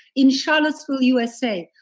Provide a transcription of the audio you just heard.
in charlottesville, usa,